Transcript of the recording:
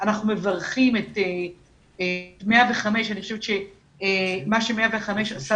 אנחנו מברכים את קו 105. אני חושבת שמה ש-105 עשה,